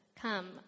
Come